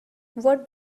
what